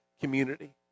community